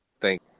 Thank